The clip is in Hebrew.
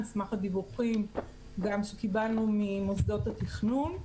על סמך הדיווחים גם שקיבלנו ממוסדות התכנון.